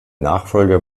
nachfolger